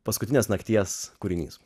paskutinės nakties kūrinys